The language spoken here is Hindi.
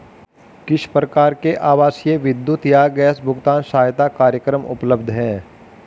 किस प्रकार के आवासीय विद्युत या गैस भुगतान सहायता कार्यक्रम उपलब्ध हैं?